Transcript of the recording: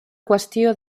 qüestió